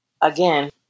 Again